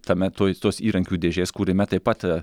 tame toj tos įrankių dėžės kūrime taip pat